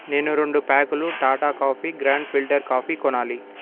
నేను రెండు ప్యాకులు Tata coffee grand filter coffee కొనాలి